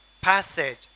passage